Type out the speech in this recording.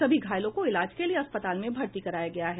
सभी घायलों को इलाज के लिए अस्पताल में भर्ती कराया गया है